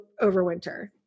overwinter